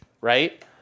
right